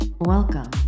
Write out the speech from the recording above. Welcome